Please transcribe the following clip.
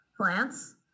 plants